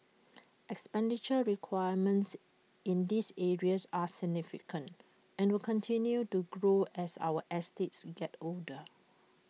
expenditure requirements in these areas are significant and will continue to grow as our estates get older